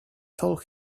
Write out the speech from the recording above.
told